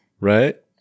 Right